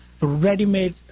ready-made